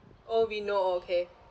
oh we know okay